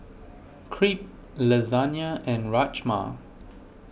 Crepe Lasagna and Rajma